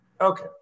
Okay